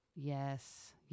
Yes